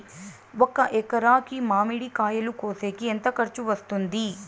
ఒక ఎకరాకి మామిడి కాయలు కోసేకి ఎంత ఖర్చు వస్తుంది?